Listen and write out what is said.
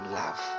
love